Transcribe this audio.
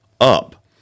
up